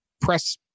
press